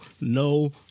no